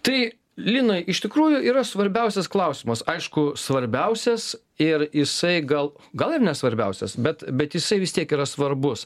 tai linai iš tikrųjų yra svarbiausias klausimas aišku svarbiausias ir jisai gal gal ir ne svarbiausias bet bet jisai vis tiek yra svarbus